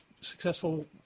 successful